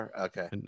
Okay